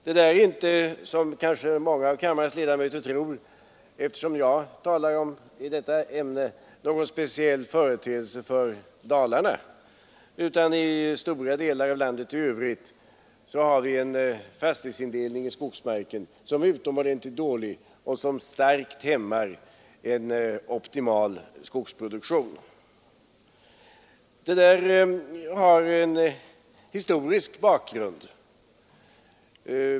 Detta är inte — som kanske många av kammarens ledamöter tror eftersom jag talar i detta ämne — någon speciell företeelse för Dalarna. I stora delar av landet i Övrigt har vi en fastighetsindelning av skogsmarken som är utomordentligt dålig och som starkt hämmar en optimal skogsproduktion. Detta har en historisk bakgrund.